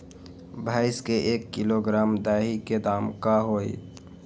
भैस के एक किलोग्राम दही के दाम का होई?